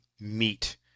meat